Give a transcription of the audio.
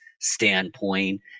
standpoint